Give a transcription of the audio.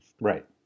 Right